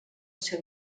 seu